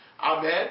Amen